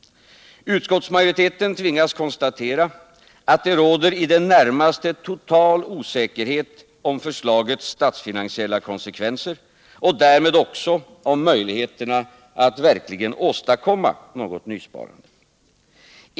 Utskottsmajoriteten tvingas konstatera att det råder en i det närmaste total osäkerhet om förslagets statsfinansiella konsekvenser och därmed också om möjligheterna att verkligen åstadkomma något nysparande.